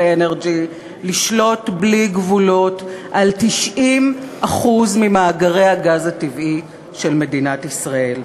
אנרג'י" לשלוט בלי גבולות על 90% ממאגרי הגז הטבעי של מדינת ישראל.